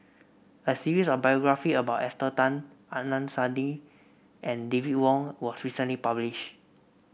a series of biography about Esther Tan Adnan Saidi and David Wong was recently publish